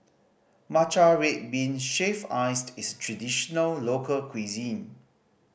matcha red bean shaved iced is traditional local cuisine